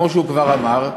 כמו שהוא כבר אמר,